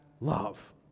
love